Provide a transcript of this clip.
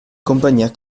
compagnia